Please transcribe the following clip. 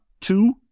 Two